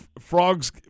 Frogs